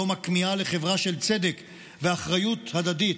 יום הכמיהה לחברה של צדק ואחריות הדדית.